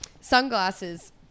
sunglasses